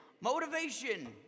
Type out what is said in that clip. motivation